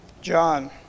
John